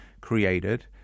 created